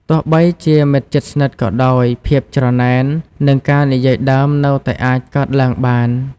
ទោះបីជាមិត្តជិតស្និទ្ធក៏ដោយ ភាពច្រណែន និងការនិយាយដើមនៅតែអាចកើតឡើងបាន។